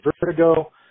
vertigo